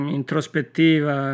introspettiva